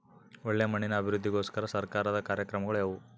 ಒಳ್ಳೆ ಮಣ್ಣಿನ ಅಭಿವೃದ್ಧಿಗೋಸ್ಕರ ಸರ್ಕಾರದ ಕಾರ್ಯಕ್ರಮಗಳು ಯಾವುವು?